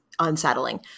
Unsettling